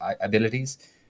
abilities